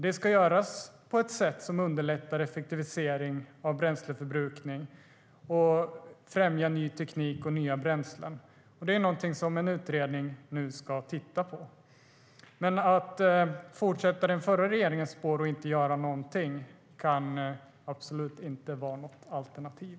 Det ska göras på ett sätt som underlättar effektivisering av bränsleförbrukning och främjar ny teknik och nya bränslen. Det är någonting som en utredning nu ska titta på. Men att fortsätta på den förra regeringens spår och inte göra någonting kan absolut inte vara något alternativ.